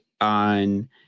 on